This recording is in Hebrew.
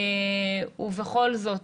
ובכל זאת